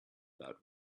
that